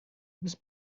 this